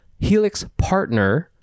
HELIXPARTNER